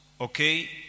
Okay